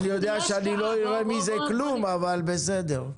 אני יודע שאני לא אראה מזה כלום, אבל בסדר.